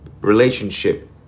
relationship